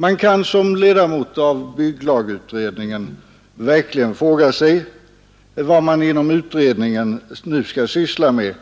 Man kan som ledamot av bygglagutredningen verkligen fråga sig vad utredningen nu skall syssla med